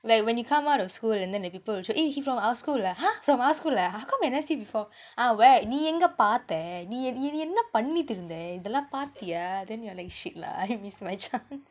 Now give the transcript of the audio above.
like when you come out of school and then the people will show !hey! he from our school leh ha from our school leh how come I never see before ah நீ எங்க பாத்த நீ நீ நீ என்ன பண்ணிட்டு இருந்த இதெல்லா பாத்தியா:nee enga paatha nee nee nee enna pannittu irunthaithellaa paathiyaa then you're like shit lah I missed my chance